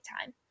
time